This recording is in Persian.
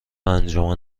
انجمن